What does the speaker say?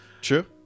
True